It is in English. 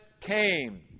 came